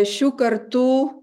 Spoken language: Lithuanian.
šių kartų